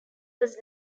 was